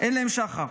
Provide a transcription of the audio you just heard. אין להם שחר.